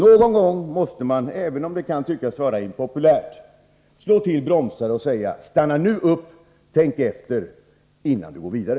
Någon gång måste man, även om det kan vara impopulärt, slå till bromsarna och säga: Stanna upp och tänk efter innan vi går vidare.